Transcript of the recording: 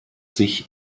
sich